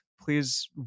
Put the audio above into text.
please